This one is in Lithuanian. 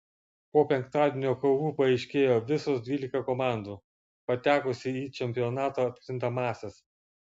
po penktadienio kovų paaiškėjo visos dvylika komandų patekusių į čempionato atkrintamąsias